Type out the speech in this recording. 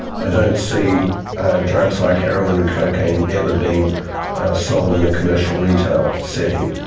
i don't see drugs like heroin and cocaine ever being sold in a commercial retail setting,